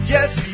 Yes